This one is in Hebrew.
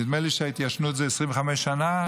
נדמה לי שהתיישנות זה 25 שנה.